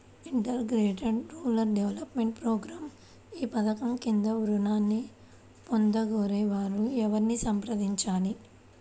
Integrated rural development program ఈ పధకం క్రింద ఋణాన్ని పొందగోరే వారు ఎవరిని సంప్రదించాలి?